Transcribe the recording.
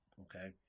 Okay